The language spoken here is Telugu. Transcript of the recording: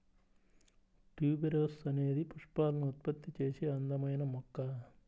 ట్యూబెరోస్ అనేది పుష్పాలను ఉత్పత్తి చేసే అందమైన మొక్క